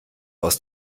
aus